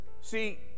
See